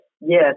yes